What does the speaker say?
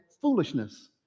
foolishness